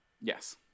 Yes